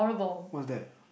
what's that